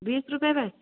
बीस रुपये बस